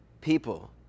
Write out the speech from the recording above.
people